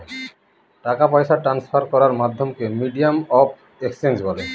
টাকা পয়সা ট্রান্সফার করার মাধ্যমকে মিডিয়াম অফ এক্সচেঞ্জ বলে